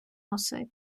носити